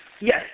yes